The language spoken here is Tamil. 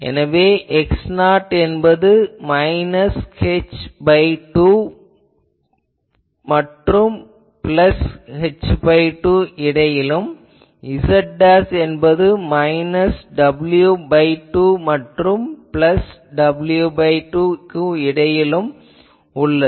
எனவே x என்பது - h2 மற்றும் h2 க்கு இடையிலும் z என்பது w2 மற்றும் w2 க்கு இடையிலும் உள்ளது